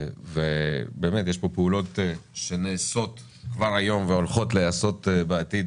באמת יש פה פעולות שנעשות כבר היום והולכות להיעשות בעתיד